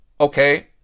okay